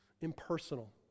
impersonal